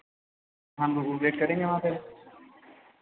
हम वो वेट करेंगे वहाँ पे